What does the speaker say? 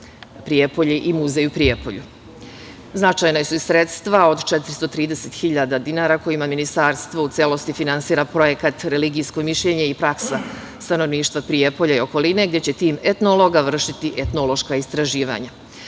Prijepolje i muzej u Prijepolju. Značajna su i sredstva od 430 hiljada dinara kojima Ministarstvo u celosti finansira projekat "Religijsko mišljenje i praksa stanovništva Prijepolja i okoline", gde će tim etnologa vršiti etnološka istraživanja. Postoji